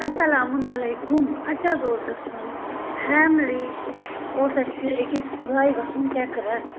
اَسَلامُ علیکُم اَسہِ حظ اوس گَژھُن فیملی اوس اَسہِ أکِس جایہِ گَژھُن چَکرَس